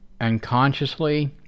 unconsciously